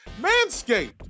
Manscaped